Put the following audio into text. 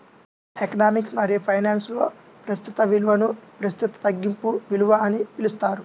economics మరియుఫైనాన్స్లో, ప్రస్తుత విలువనుప్రస్తుత తగ్గింపు విలువ అని పిలుస్తారు